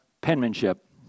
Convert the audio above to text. penmanship